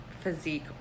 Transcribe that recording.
physique